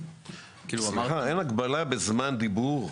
סליחה, אין הגבלה בזמן דיבור?